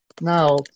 Now